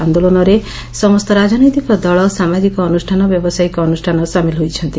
ଆନ୍ଦୋଳନରେ ସମସ୍ତ ରାଜନୈତିକ ଦଳ ସାମାଜିକ ଅନୁଷ୍ଠାନ ବ୍ୟାବସାୟିକ ଅନୁଷ୍ଠାନ ସାମିଲ ହୋଇଛନ୍ତି